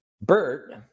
Bert